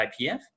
IPF